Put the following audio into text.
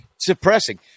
Suppressing